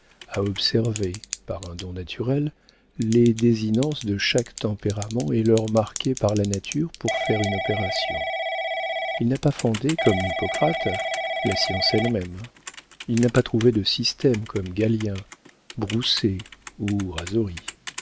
à observer par un don naturel les désinences de chaque tempérament et l'heure marquée par la nature pour faire une opération il n'a pas fondé comme hippocrate la science elle-même il n'a pas trouvé de système comme galien broussais ou